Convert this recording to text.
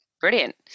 Brilliant